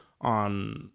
on